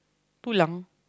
too long